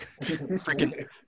freaking